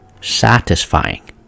Satisfying